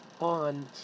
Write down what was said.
on